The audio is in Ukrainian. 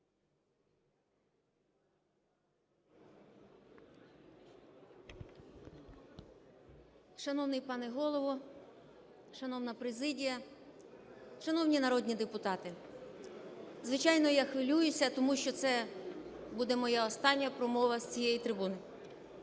Шановний пане Голово! Шановна президія! Шановні народні депутати! Звичайно, я хвилююся, тому що це буде моя остання промова з цієї трибуни.